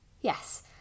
Yes